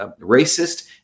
racist